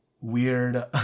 weird